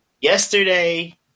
Yesterday